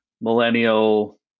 millennial